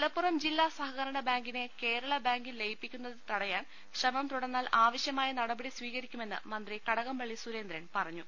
മലപ്പുറം ജില്ലാ സഹകരണ ബാങ്കിനെ കേരള ബാങ്കിൽ ലയിപ്പിക്കു ന്നത് തടയാൻ ശ്രമം തുടർന്നാൽ ആവശ്യമായ നടപടി സ്വീകരി ക്കുമെന്ന് മന്ത്രി കടകംപള്ളി സുരേന്ദ്രൻ പറഞ്ഞു